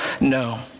No